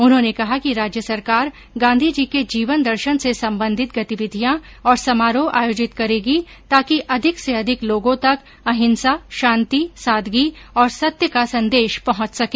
उन्होंने कहा कि राज्य सरकार गांधीजी के जीवन दर्शन से संबंधित गतिविधियां और समारोह आयोजित करेगी ताकि अधिक से अधिक लोगों तक अहिंसा शांति सादगी और सत्य का संदेश पहुंच सके